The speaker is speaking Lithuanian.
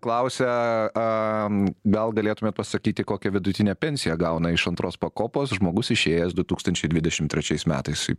klausia a gal galėtumėt pasakyti kokią vidutinę pensiją gauna iš antros pakopos žmogus išėjęs du tūkstančiai dvidešimt trečiais metais į